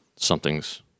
something's